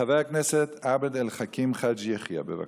חבר הכנסת עבד אל חכים חאג' יחיא, בבקשה.